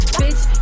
bitch